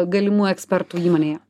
galimų ekspertų įmonėje